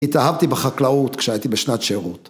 ‫התאהבתי בחקלאות ‫כשהייתי בשנת שירות.